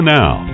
Now